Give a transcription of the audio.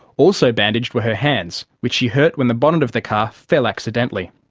also bandaged were her hands which she hurt when the bonnet of the car fell accidently.